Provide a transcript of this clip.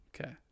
Okay